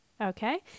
okay